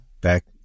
back